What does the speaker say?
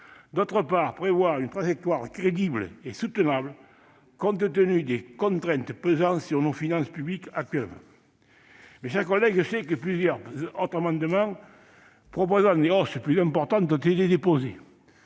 d'autre part, prévoir une trajectoire crédible et soutenable, compte tenu des contraintes pesant sur nos finances publiques actuellement. Mes chers collègues, je sais que plusieurs autres amendements, tendant à prévoir des hausses plus importantes, ont été déposés.